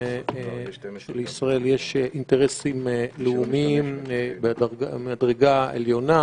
שלישראל יש אינטרסים לאומיים מהדרגה העליונה,